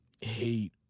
hate